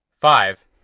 Five